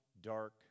dark